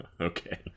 Okay